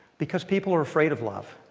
because people are afraid of love.